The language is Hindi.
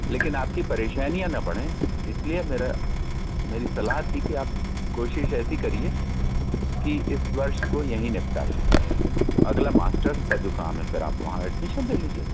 लेकिन आपकी परेशानियाँ न बढ़ें इसलिए मेरा मेरी सलाह थी कि आप कोशिश ऐसी करिए कि इस वर्ष को यहीं निपटा लें तो अगला मास्टर्स का जो काम है सर आप वहाँ ऐडमिशन ले लीजिए